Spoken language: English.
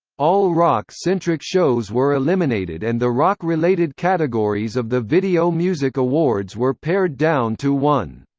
all rock-centric shows were eliminated and the rock-related categories of the video music awards were pared down to one.